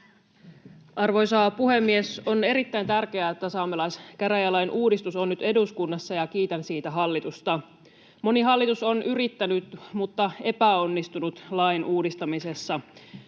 Arvoisa puhemies! On erittäin tärkeää, että saamelaiskäräjälain uudistus on nyt eduskunnassa, ja kiitän siitä hallitusta. Moni hallitus on yrittänyt mutta epäonnistunut lain uudistamisessa.